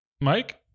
mike